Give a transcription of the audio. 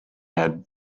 had